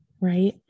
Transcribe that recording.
right